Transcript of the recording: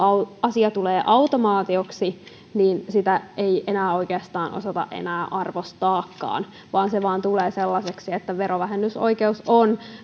asia tulee automaatioksi niin sitä ei enää oikeastaan osata enää arvostaakaan vaan se vain tulee sellaiseksi että verovähennysoikeus on